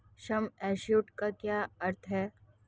सम assured का क्या अर्थ है?